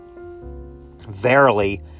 Verily